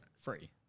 free